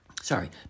Sorry